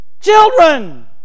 children